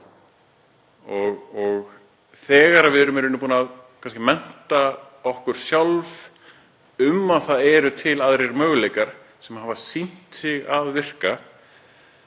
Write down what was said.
Þegar við erum búin að mennta okkur sjálf í því að til eru aðrir möguleikar sem hafa sýnt sig að virka